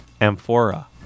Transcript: Amphora